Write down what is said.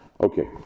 Okay